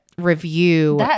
review